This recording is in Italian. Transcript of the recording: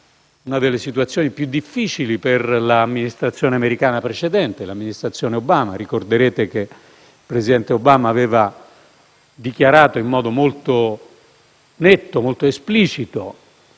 una delle situazioni più difficili per l'amministrazione americana precedente, l'amministrazione Obama. Ricorderete che il presidente Obama aveva dichiarato in modo molto netto ed esplicito